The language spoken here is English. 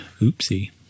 Oopsie